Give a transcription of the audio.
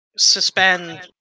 suspend